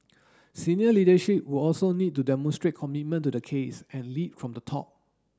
senior leadership will also need to demonstrate commitment to the case and lead from the top